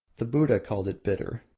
the buddha called it bitter,